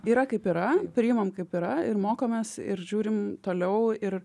yra kaip yra priimam kaip yra ir mokomės ir žiūrim toliau ir